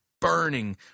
burning